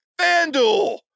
FanDuel